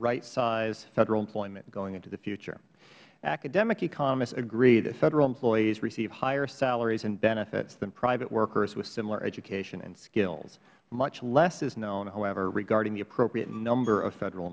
rightsize federal employment going into the future academic economists agree that federal employees receive higher salaries and benefits than private workers with similar education and skills much less is known however regarding the appropriate number of federal